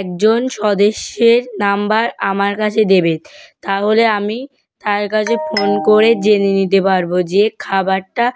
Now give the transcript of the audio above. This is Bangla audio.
একজন সদেস্যের নম্বর আমার কাছে দেবেন তাহলে আমি তার কাছে ফোন করে জেনে নিতে পারবো যে খাবারটা